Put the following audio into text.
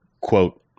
quote